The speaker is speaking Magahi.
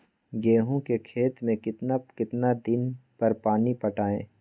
गेंहू के खेत मे कितना कितना दिन पर पानी पटाये?